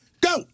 Go